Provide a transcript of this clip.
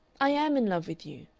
i am in love with you.